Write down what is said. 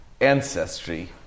ancestry